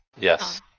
Yes